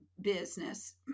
business